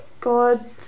God